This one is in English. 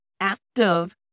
active